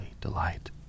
delight